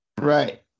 Right